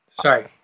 Sorry